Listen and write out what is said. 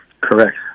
Correct